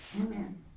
Amen